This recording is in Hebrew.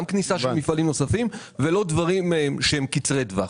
גם כניסת מפעלים נוספים ולא דברים קצרי טווח.